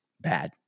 bad